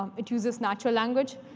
um it uses natural language.